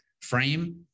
frame